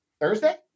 Thursday